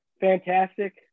Fantastic